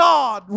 God